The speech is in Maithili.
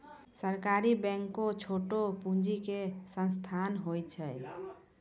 सहकारी बैंक छोटो पूंजी के संस्थान होय छै